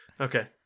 Okay